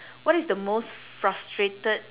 what is the most frustrated